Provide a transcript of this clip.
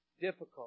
difficult